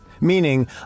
meaning